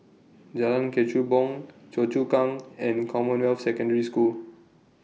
Jalan Kechubong Choa Chu Kang and Commonwealth Secondary School